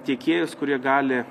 tiekėjus kurie gali